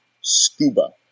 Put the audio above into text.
SCUBA